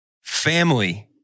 Family